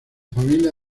familia